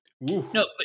No